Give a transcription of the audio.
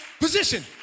position